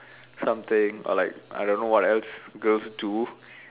something or like I don't know what else girls do